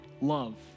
love